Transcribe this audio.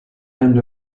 end